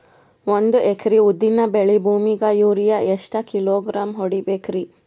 ಒಂದ್ ಎಕರಿ ಉದ್ದಿನ ಬೇಳಿ ಭೂಮಿಗ ಯೋರಿಯ ಎಷ್ಟ ಕಿಲೋಗ್ರಾಂ ಹೊಡೀಬೇಕ್ರಿ?